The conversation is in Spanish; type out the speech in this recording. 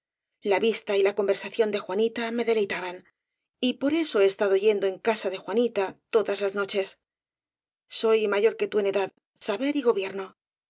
la vista y la conversación de juanita me deleitaban y por eso he estado yendo en casa de juanita todas las noches soy mayor que tú en edad saber y gobierno